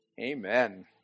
Amen